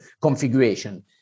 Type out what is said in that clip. configuration